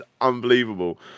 unbelievable